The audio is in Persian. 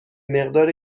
مقدار